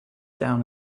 down